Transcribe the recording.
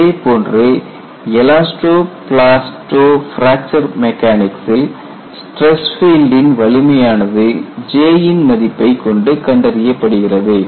இதேபோன்று elasto plasto fracture மெக்கானிக்சில் stress ஃபீல்டின் வலிமையானது J ன் மதிப்பைக் கொண்டு கண்டறியப்படுகிறது